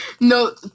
No